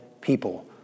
people